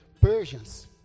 Persians